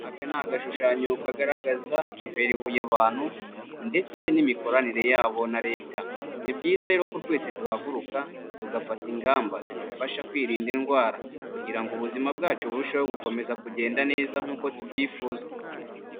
Aka ni agashushanyo kagaragaza imibereho y'abantu, ndetse n'imikoranire yabo na Leta. Ni byiza rero ko twese duhaguruka, tugafata ingamba zidufasha kwirinda indwara kugira ngo ubuzima bwacu burusheho gukomeza kugenda neza nk'uko tubyifuza.